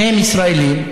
שניהם ישראלים.